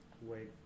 Wait